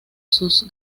sus